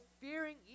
fearing